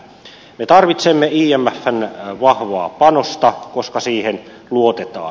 me tarvitsemme imfn vahvaa panosta koska siihen luotetaan